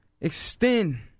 extend